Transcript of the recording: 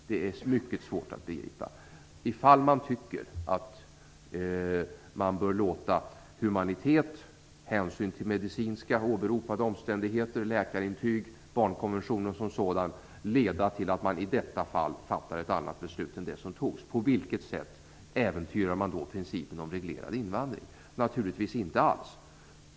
Det är mycket svårt att begripa. Om man tycker att man bör låta humanitet, hänsyn till medicinska åberopade omständigheter, läkarintyg och barnkonventionen som sådan leda till att man i detta fall fattar ett annat beslut än det som fattades, på vilket sätt äventyrar man då principen om reglerad invandring? Naturligtvis inte alls.